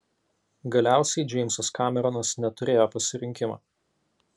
galiausiai džeimsas kameronas neturėjo pasirinkimo